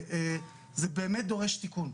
וזה באמת דורש תיקון.